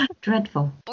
Dreadful